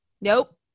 nope